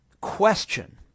question